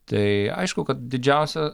tai aišku kad didžiausia